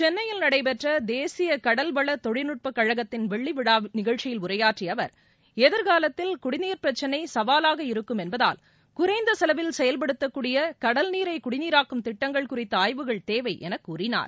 சென்னையில் நடைபெற்ற தேசிய கடல் வள தொழில்நுட்ப கழகத்தின் வெள்ளிவிழா நிகழ்ச்சியில் உரையாற்றிய அவர் எதிர்காலத்தில் குடிநீர் பிரச்சினை சவாவாக இருக்கும் என்பதால் குறைந்த செலவில் செயல்படுத்தக்கூடிய கடல்நீரை குடிநீராக்கும் திட்டங்கள் குறித்த ஆய்வுகள் தேவை என கூறினார்